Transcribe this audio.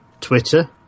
Twitter